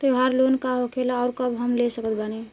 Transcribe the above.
त्योहार लोन का होखेला आउर कब हम ले सकत बानी?